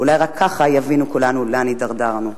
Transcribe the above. אולי רק כך יבינו כולם לאן הידרדרנו.